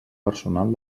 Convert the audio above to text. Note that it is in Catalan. personal